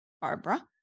Barbara